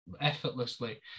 effortlessly